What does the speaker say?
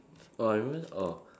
oh remember oh